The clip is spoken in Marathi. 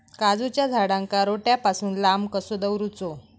काजूच्या झाडांका रोट्या पासून लांब कसो दवरूचो?